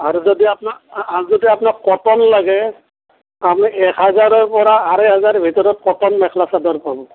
আৰু যদি আপোনাক যদি আপোনাক কটন লাগে আপুনি এক হাজাৰৰ পৰা আঢ়ৈ হাজাৰ ভিতৰত কটন মেখেলা চাদৰ পাব